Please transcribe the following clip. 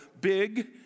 big